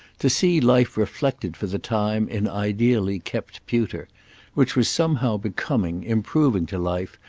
to see life reflected for the time in ideally kept pewter which was somehow becoming, improving to life,